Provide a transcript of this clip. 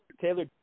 Taylor